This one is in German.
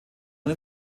und